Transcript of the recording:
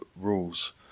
rules